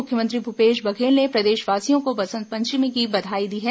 मुख्यमंत्री भूपेश बघेल ने प्रदेशवासियों को बसंत पंचमी की बधाई दी है